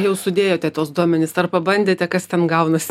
jau sudėjote tuos duomenis ar pabandėte kas ten gaunasi